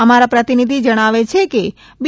અમારા પ્રતિનિધી જણાવે છે કે બી